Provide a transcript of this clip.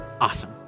awesome